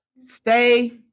stay